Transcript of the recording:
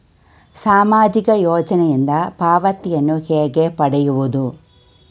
ಸಾಮಾಜಿಕ ಯೋಜನೆಯಿಂದ ಪಾವತಿಯನ್ನು ಹೇಗೆ ಪಡೆಯುವುದು?